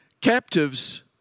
captives